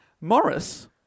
Morris